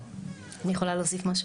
אני יכולה להוסיף משהו?